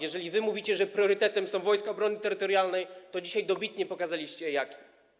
Jeżeli wy mówicie, że priorytetem są Wojska Obrony Terytorialnej, to dzisiaj dobitnie pokazaliście jakim.